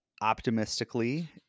optimistically